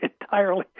entirely